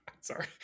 Sorry